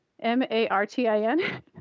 M-A-R-T-I-N